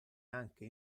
anche